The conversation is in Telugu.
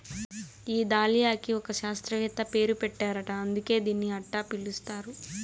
ఈ దాలియాకి ఒక శాస్త్రవేత్త పేరు పెట్టారట అందుకే దీన్ని అట్టా పిలుస్తారు